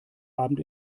abend